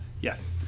Yes